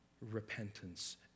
repentance